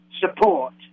support